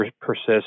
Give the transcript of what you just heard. persist